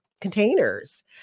containers